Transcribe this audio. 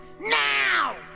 Now